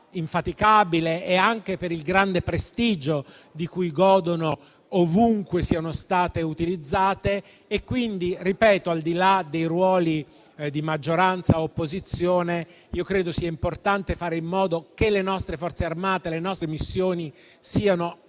infaticabile e anche per il grande prestigio di cui godono ovunque siano state utilizzate. Al di là dei ruoli di maggioranza o opposizione, io credo sia importante fare in modo che le nostre Forze armate, le nostre missioni, siano